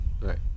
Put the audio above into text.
Right